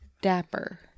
Dapper